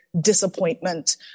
disappointment